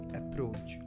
approach